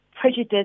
prejudice